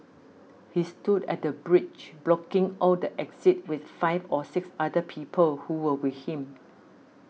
he stood at the bridge blocking off the exit with five or six other people who were with him